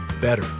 better